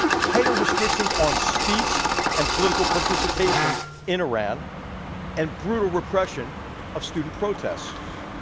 tighter restrictions on speech and political participation in iran and brutal repression of student protests.